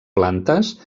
plantes